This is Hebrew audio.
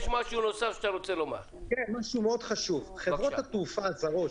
משהו חשוב: חברות התעופה הזרות,